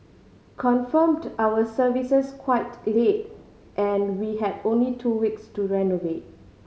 confirmed our services quite late and we had only two weeks to renovate